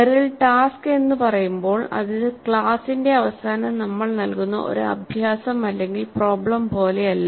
Merrill task എന്ന് പറയുമ്പോൾ അത് ക്ലാസ്സിന്റെ അവസാനം നമ്മൾ നൽകുന്ന ഒരു അഭ്യാസം അല്ലെങ്കിൽ പ്രോബ്ലം പോലെയല്ല